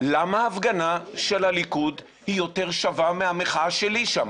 למה ההפגנה של הליכוד היא יותר שווה מהמחאה שלי שם?